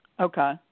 Okay